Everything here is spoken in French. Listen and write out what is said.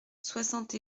soixante